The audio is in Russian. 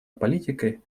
политикой